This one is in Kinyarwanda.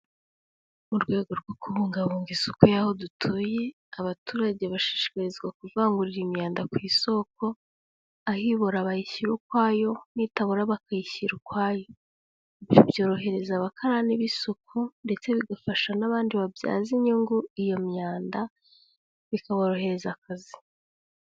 Mu rwego rwo kubungabunga isuku y'aho dutuye, abaturage bashishikarizwa kuvangurira imyanda ku isoko, aho ibora bayishyira ukwayo n'itabora bakayishyira ukwayo, ibyo byorohereza abakarani b'isuku ndetse bigafasha n'abandi babyaza inyungu iyo myanda bikaborohereza akazi.